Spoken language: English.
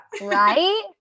Right